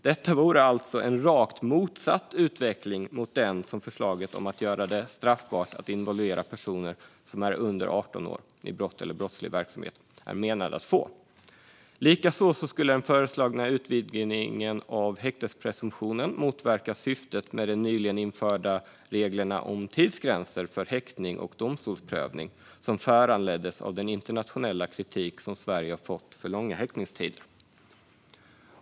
Detta vore alltså en rakt motsatt utveckling mot den som förslaget om att göra det straffbart att involvera personer som är under 18 år i brott eller brottslig verksamhet är menad att få. Likaså skulle den föreslagna utvidgningen av häktespresumtionen motverka syftet med de nyligen införda reglerna om tidsgränser för häktning och domstolsprövning som föranleddes av den internationella kritik som Sverige har fått för långa häktningstider.